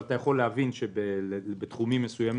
אבל אתה יכול להבין שבתחומים מסוימים